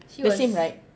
the same ride